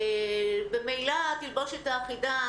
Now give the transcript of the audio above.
ממילא התלבושת האחידה